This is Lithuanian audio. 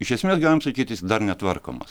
iš esmės galim sakyt jis dar netvarkomas